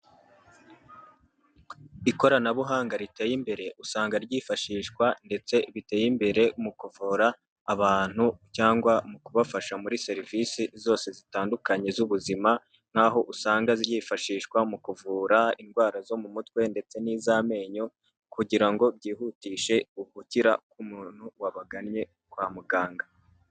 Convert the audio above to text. Ikoranabuhanga riteye imbere usanga ryifashishwa ndetse biteye imbere mu kuvura abantu cyangwa mu kubafasha muri serivisi zose zitandukanye z'ubuzima, naho usanga ryifashishwa mu kuvura indwara zo mu mutwe ndetse n'iz'amenyo, kugira ngo byihutishe ugukira k'umuntu wabagannye kwa muganga.